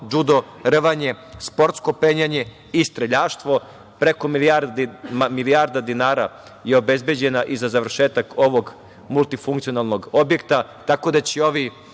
džudo, rvanje, sportsko penjanje i streljaštvo preko milijarde dinara je obezbeđeno i za završetak ovog multifunkcionalnog objekta. Tako da će ovi,